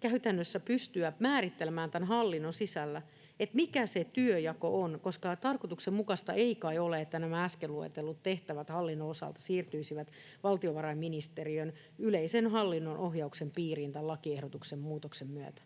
käytännössä pystyä määrittelemään tämän hallinnon sisällä, mikä se työnjako on, koska tarkoituksenmukaista ei kai ole, että nämä äsken luetellut tehtävät hallinnon osalta siirtyisivät valtiovarainministeriön yleisen hallinnon ohjauksen piiriin tämän lakiehdotuksen muutoksen myötä.